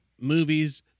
Movies